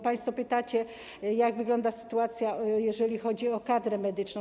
Państwo pytacie, jak wygląda sytuacja, jeżeli chodzi o kadrę medyczną.